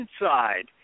inside